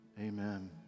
Amen